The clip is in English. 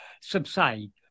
subside